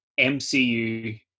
MCU